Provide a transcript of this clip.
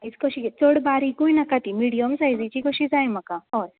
size कशी चड बारिकूय नाका ती मिडियम साय्जिची कशी जाय म्हाका हय